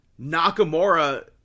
Nakamura